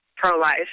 Pro-life